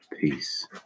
peace